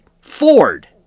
Ford